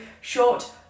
short